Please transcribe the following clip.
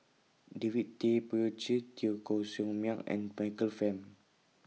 David Tay Poey Cher Teo Koh Sock Miang and Michael Fam